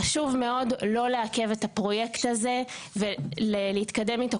חשוב מאוד לא לעכב את הפרויקט הזה ולהתקדם איתו